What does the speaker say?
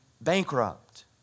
bankrupt